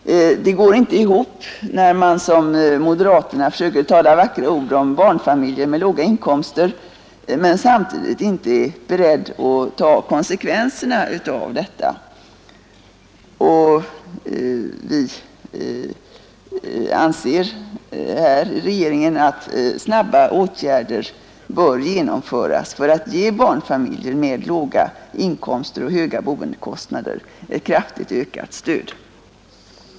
Det går inte ihop när man som moderaterna försöker tala vackra ord om barnfamiljer med låga inkomster men samtidigt inte är beredd att ta konsekvenserna av detta. Regeringen anser att snabba åtgärder bör genomföras för att ge barnfamiljer med låga inkomster och höga boendekostnader ett kraftigt ökat stöd.